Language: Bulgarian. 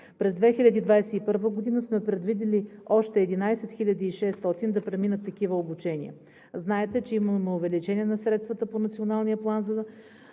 През 2021 г. сме предвидили още 11 600 да преминат такива обучения. Знаете, че имаме увеличение на средствата по Националния план за